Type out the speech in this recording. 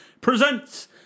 presents